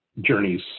journeys